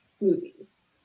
movies